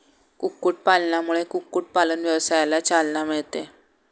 कुक्कुटपालनामुळे कुक्कुटपालन व्यवसायाला चालना मिळते